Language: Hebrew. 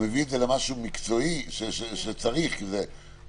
הוא מביא את זה למשהו מקצועי שצריך, כי זאת אבטחה.